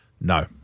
No